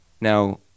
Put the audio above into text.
Now